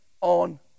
on